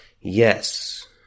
Yes